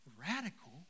radical